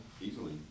easily